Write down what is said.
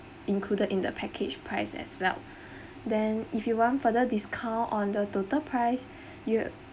included in the package price as well then if you want further discount on the total price you